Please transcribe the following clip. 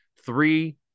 three